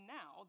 now